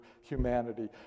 humanity